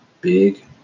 big